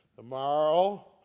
Tomorrow